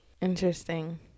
interesting